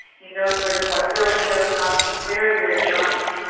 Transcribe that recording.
he knows what what village they're from, he's very, very charming,